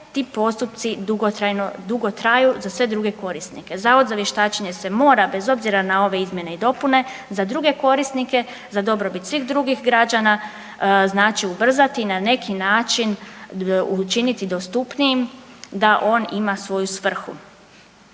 ti postupci dugo traju za sve druge korisnike. Zavod za vještačenje se mora bez obzira na ove izmjene i dopune za druge korisnike, za dobrobit svih drugih građana znači ubrzati i na neki način učiniti dostupnijim da on ima svoju svrhu,